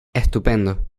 estupendo